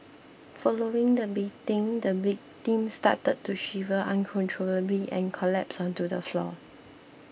following the beating the victim started to shiver uncontrollably and collapsed onto the floor